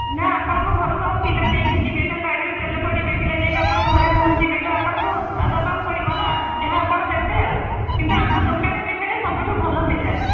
ନା ଆପଣଙ୍କ ଘରକୁ ଆମ ପିଲା ନେଇକି ଯିବେ ତାଙ୍କ ଗାଡ଼ିରେ ତେଲ ପଡ଼ିବ ପିଲା ଯାଇ ଆପଣଙ୍କ ଘରେ ପହଞ୍ଚିବେ ତ ଆପଣଙ୍କୁ ଆଉ ଦେବାକୁ ପଡ଼ିବ ନା ଯାହା ଆପଣ ଦେବେ ଆଉ କିନ୍ତୁ ଆମ ଦୋକାନ ମିଠାଟା ସବୁଠୁ ଭଲ ମିଠା